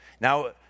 Now